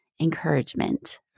encouragement